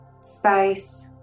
space